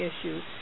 issues